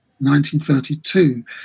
1932